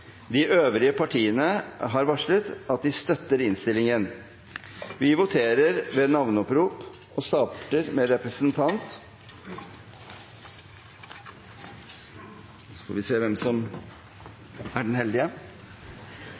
De øvrige partiene har varslet at de vil støtte innstillingen. Vi voterer ved navneopprop. De som stemmer for innstillingen, svarer ja, og de som